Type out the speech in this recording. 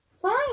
Fine